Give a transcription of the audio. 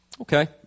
Okay